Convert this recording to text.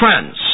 friends